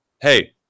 hey